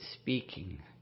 speaking